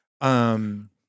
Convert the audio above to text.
Um-